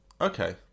Okay